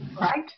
Right